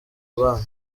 abana